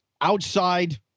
outside